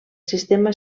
sistema